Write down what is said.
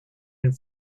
and